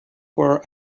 for